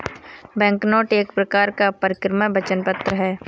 banknote एक प्रकार का परक्राम्य वचन पत्र है